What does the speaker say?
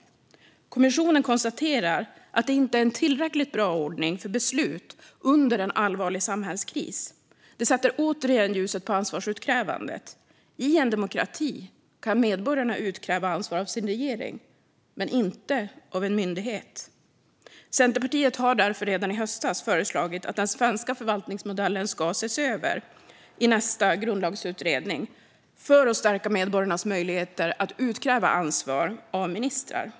Kommissionen konstaterar att det inte är en tillräckligt bra ordning för beslut under en allvarlig samhällskris. Det sätter återigen ljuset på ansvarsutkrävandet: I en demokrati kan medborgarna utkräva ansvar av sin regering men inte av en myndighet. Centerpartiet föreslog därför redan i höstas att den svenska förvaltningsmodellen skulle ses över i nästa grundlagsutredning för att stärka medborgarnas möjligheter att utkräva ansvar av ministrar.